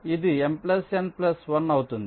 ఇది M N 1 అవుతుంది